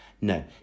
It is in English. no